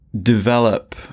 develop